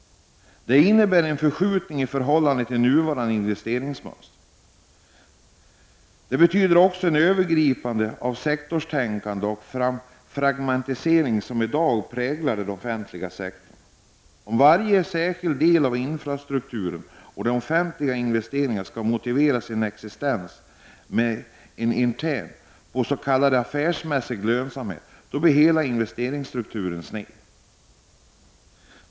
Det innebär en förskjutning i förhållande till nuvarande investeringsmönster. Men det betyder också ett övergivande av det sektorstänkade och den fragmentisering som i dag präglar den offentliga sektorn. Om varje särskild del av infrastrukturen och de offentliga investeringarna skall motivera sin existens med en intern, s.k. affärsmässig, lönsamhet blir hela investeringsstrukturen sned.